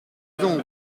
ongles